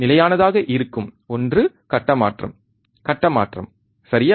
நிலையானதாக இருக்கும் ஒன்று கட்ட மாற்றம் கட்ட மாற்றம் சரியா